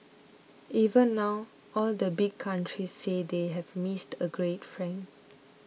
even now all the big countries say they have missed a great friend